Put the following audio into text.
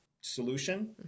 solution